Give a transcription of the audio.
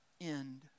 end